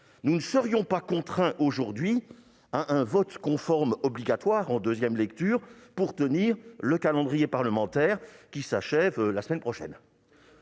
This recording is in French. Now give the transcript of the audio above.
nous ne serions pas contraints aujourd'hui à un vote conforme obligatoire en deuxième lecture pour tenir le calendrier parlementaire qui s'achève la semaine prochaine.